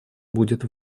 будет